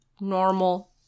normal